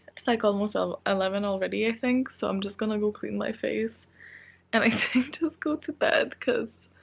it's, like, almost so eleven already, i think so, i'm just gonna go clean my face and i think just go to bed because